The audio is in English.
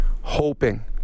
hoping